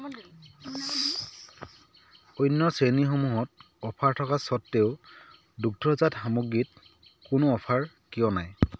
অন্য শ্ৰেণীসমূহত অফাৰ থকা স্বত্তেও দুগ্ধজাত সামগ্ৰীত কোনো অফাৰ কিয় নাই